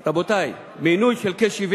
רבותי, מינוי כ-70